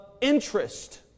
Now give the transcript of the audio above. interest